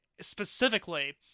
specifically